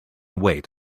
wait